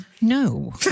No